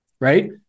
right